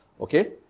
Okay